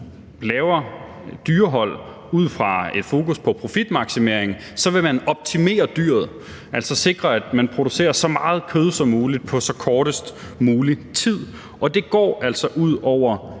laver et dyrehold ud fra et fokus på profitmaksimering, vil optimere dyret, altså sikre, at man producerer så meget kød som muligt på kortest mulig tid, og det går altså ud over